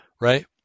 Right